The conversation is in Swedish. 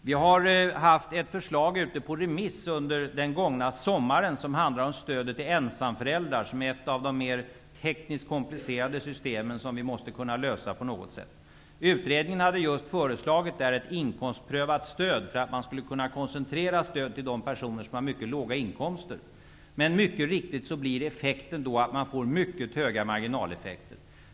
Vi har haft ett förslag om stödet till ensamföräldrar ute på remiss under den gångna sommaren. Det är ett av de mera tekniskt komplicerade systemen, med problem som vi måste kunna lösa på något sätt. Utredningen hade förslagit ett inkomstprövat stöd för att man skulle kunna koncentrera stödet till de personer som har mycket låga inkomster. Men mycket riktigt blir följden mycket höga marginaleffekter.